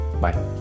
bye